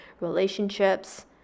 relationships